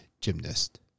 gymnast